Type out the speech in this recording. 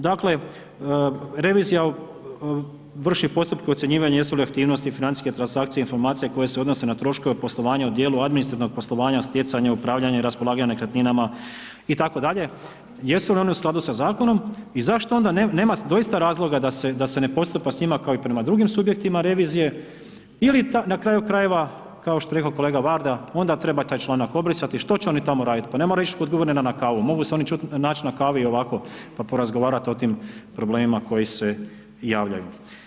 Dakle, revizija vrši postupke ocjenjivanja jesu li aktivnosti, financijske transakcije, informacije koje se odnose na troškove poslovanja u djelu administrativnog poslovanja stjecanja, upravljanja i raspolaganja nekretninama itd., jesu li one u skladu sa zakonom i zašto onda nema doista razloga da se ne postupa s njima kao i prema drugim subjektima revizije ili na kraju krajeva kao što je rekao kolega Varda, onda treba taj članak obrisati, šta će oni tamo raditi, pa ne moraju ići kod guvernera na kavu, mogu se oni naći na kavi i ovako pa porazgovarati o tim problemima koji se javljaju.